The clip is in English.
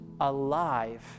alive